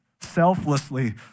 selflessly